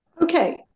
Okay